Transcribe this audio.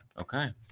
Okay